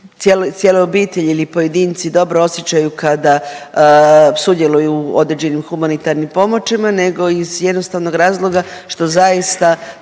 cijele obitelji ili pojedinci dobro osjećaju kada sudjeluju u određenim humanitarnim pomoćima, nego iz jednostavnog razloga što zaista